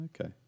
Okay